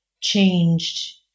changed